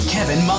Kevin